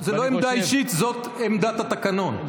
זאת לא עמדה אישית, זאת עמדת התקנון.